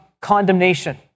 condemnation